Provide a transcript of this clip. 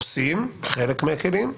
עושים חלק מהכלים.